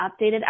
updated